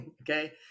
Okay